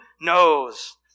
knows